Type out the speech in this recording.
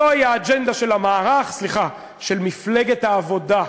זו האג'נדה של המערך, סליחה, של מפלגת העבודה,